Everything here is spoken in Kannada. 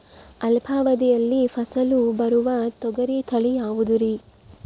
ಅಲ್ಪಾವಧಿಯಲ್ಲಿ ಫಸಲು ಬರುವ ತೊಗರಿ ತಳಿ ಯಾವುದುರಿ?